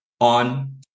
on